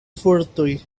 fortoj